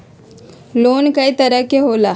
Loan कय तरह के होला?